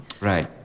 Right